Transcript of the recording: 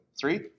three